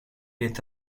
est